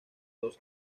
dos